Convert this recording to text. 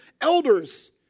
elders